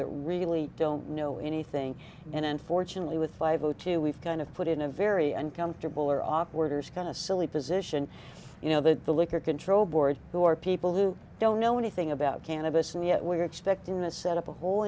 that really don't know anything and unfortunately with fibro too we've kind of put in a very uncomfortable or awkward years kind of silly position you know that the liquor control board who are people who don't know anything about cannabis and yet we're expecting this set up a whole